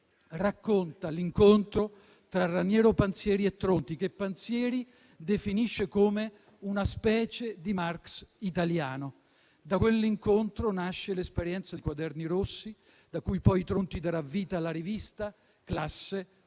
racconta l'incontro tra Raniero Panzieri e Tronti, che Panzieri definisce come "una specie di Marx italiano". Da quell'incontro nasce l'esperienza di «Quaderni rossi», da cui poi Tronti darà vita alla rivista «Classe operaia»,